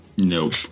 Nope